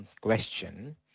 question